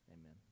amen